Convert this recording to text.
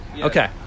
Okay